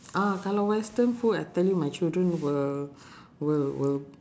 ah kalau western food I tell you my children will will will